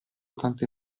tante